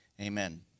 amen